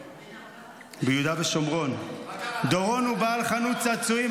ביהודה ושומרון / דורון הוא בעל חנות צעצועים,